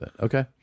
Okay